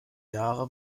jahre